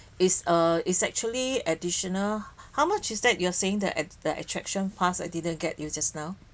is uh it's actually additional how much is that you are saying that att~ the attraction pass I didn't get you just now